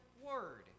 word